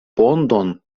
ponton